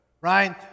right